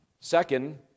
Second